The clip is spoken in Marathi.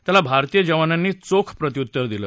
त्याला भारतीय जवानांनी चोख प्रत्युत्तर दिलं